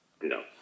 no